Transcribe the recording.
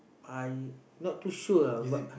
I not too sure ah but